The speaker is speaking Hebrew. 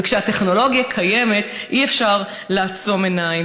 וכשהטכנולוגיה קיימת, אי-אפשר לעצום עיניים.